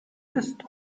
ist